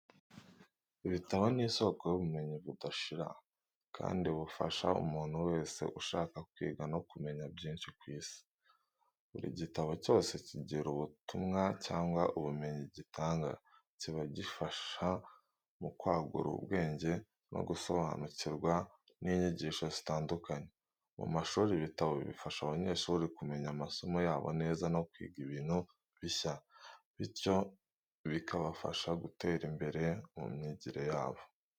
Ibitabo ni isoko y’ubumenyi budashira kandi bufasha umuntu wese ushaka kwiga no kumenya byinshi ku Isi. Buri gitabo cyose kigira ubutumwa cyangwa ubumenyi gitanga, kikaba gifasha mu kwagura ubwenge no gusobanukirwa n’inyigisho zitandukanye. Mu mashuri, ibitabo bifasha abanyeshuri kumenya amasomo yabo neza no kwiga ibintu bishya, bityo bikabafasha gutera imbere mu myigire yabo.